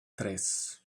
tres